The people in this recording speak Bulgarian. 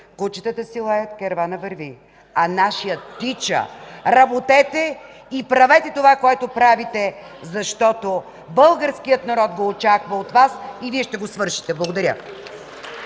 кучетата си лаят, керванът си върви, а нашият тича! (Оживление в ГЕРБ.) Работете и правете това, което правите, защото българският народ го очаква от Вас и Вие ще го свършите. Благодаря.